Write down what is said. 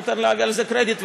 אני נותן לאבי על זה קרדיט,